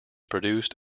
produced